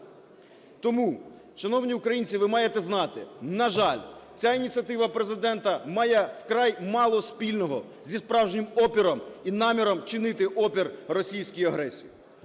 Тому, шановні українці, ви маєте знати, на жаль, ця ініціатива Президента має вкрай мало спільного зі справжнім опором і наміром вчинити опір російській агресії.